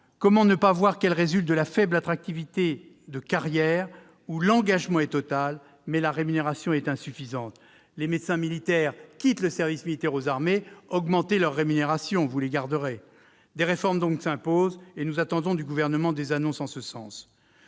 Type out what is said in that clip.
comment ne pas voir qu'elles résultent de la faible attractivité de carrières où l'engagement est total, mais la rémunération insuffisante ? Les médecins militaires quittent le service militaire aux armées pour augmenter leur rémunération. Des réformes s'imposent ; nous attendons du Gouvernement des annonces en ce sens.